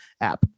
app